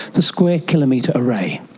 the square kilometre array.